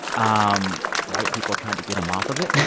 um white people tried to get them off of it.